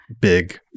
big